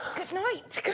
good night,